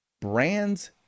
brands